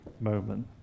moment